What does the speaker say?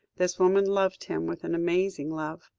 this woman loved him with an amazing love,